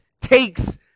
takes